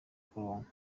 kuronka